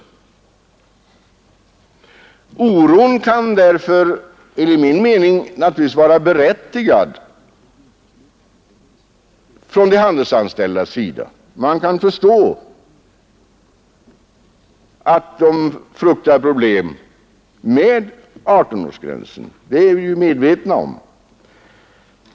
Oron från de handelsanställdas sida kan därför enligt min mening naturligtvis vara berättigad. Man kan förstå att de befarar problem med 18-årsgränsen; det är vi medvetna om.